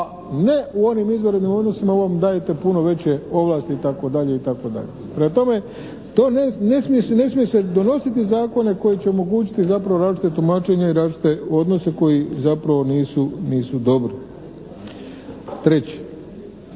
ne u onim izvanrednim odnosima ovom dajete puno veće ovlasti i tako dalje i tako dalje. Prema tome to, ne smije se donositi zakone koji će omogućiti zapravo različita tumačenja i različite odnose koji zapravo nisu dobri. Treće,